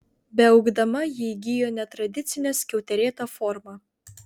beaugdama ji įgijo netradicinę skiauterėtą formą